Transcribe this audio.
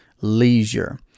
Leisure